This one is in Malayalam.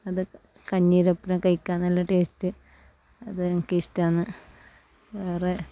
അത് കഞ്ഞീരൊപ്പരം കഴിക്കാൻ നല്ല ടേസ്റ്റ് അത് എനിക്ക് ഇഷ്ട്ടമാണ് വേറെ